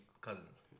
cousins